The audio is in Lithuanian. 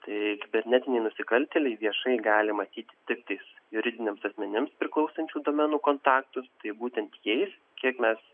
tai kibernetiniai nusikaltėliai viešai gali matyti tiktais juridiniams asmenims priklausančių domenų kontaktus tai būtent jais kiek mes